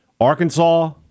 Arkansas